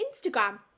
Instagram